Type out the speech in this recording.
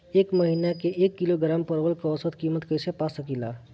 एक महिना के एक किलोग्राम परवल के औसत किमत कइसे पा सकिला?